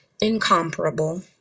incomparable